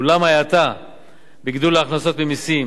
אולם ההאטה בגידול ההכנסות ממסים,